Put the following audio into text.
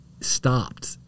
stopped